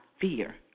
fear